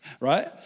right